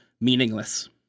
meaningless